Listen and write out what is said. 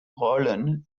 rollen